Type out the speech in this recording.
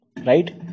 right